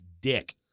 dick